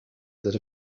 that